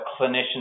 clinicians